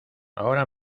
ahora